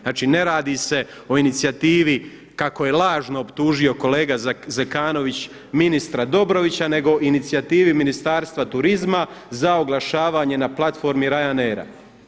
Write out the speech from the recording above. Znači ne radi se o inicijativi kako je lažno optužio kolega Zekanović ministra Dobrovića nego inicijativi Ministarstva turizma za oglašavanje na platformi Ryanair.